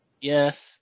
Yes